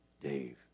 Dave